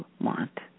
want